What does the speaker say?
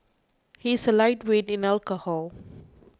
he is a lightweight in alcohol